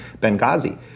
Benghazi